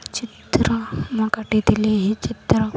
ଚିତ୍ର ମୁଁ କାଟିଥିଲି ଏହି ଚିତ୍ର